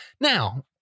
Now